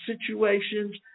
situations